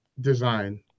design